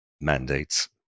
mandates